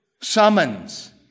summons